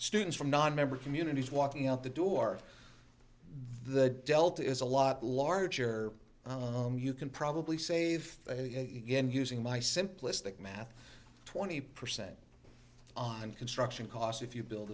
students from nonmember communities walking out the door the delta is a lot larger you can probably save it again using my simplistic math twenty percent on construction costs if you build